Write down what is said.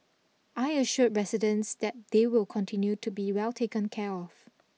I assured residents that they will continue to be well taken care of